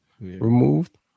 removed